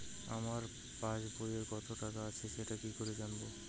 আমার পাসবইয়ে কত টাকা আছে সেটা কি করে জানবো?